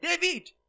David